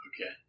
Okay